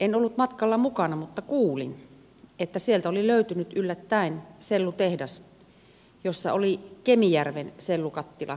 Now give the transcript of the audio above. en ollut matkalla mukana mutta kuulin että sieltä oli löytynyt yllättäen sellutehdas jossa oli kemijärven sellukattila käytössä